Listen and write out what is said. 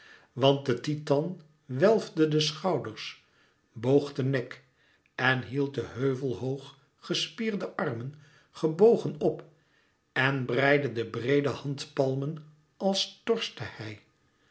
want de titan welfde de schouders boog den nek en hield de heuvelhoog gespierde armen gebogen op en breidde de breede handepalmen als torste hij